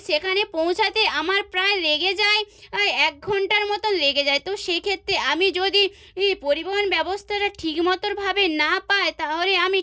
সেখানে পৌঁছাতে আমার প্রায় লেগে যায় আয় এক ঘণ্টার মতন লেগে যায় তো সেই ক্ষেত্রে আমি যদি ই পরিবহণ ব্যবস্থাটা ঠিক মতনভাবে না পাই তাহলে আমি